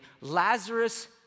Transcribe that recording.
Lazarus